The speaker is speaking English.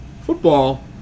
Football